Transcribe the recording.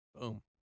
Boom